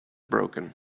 broken